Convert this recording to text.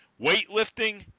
weightlifting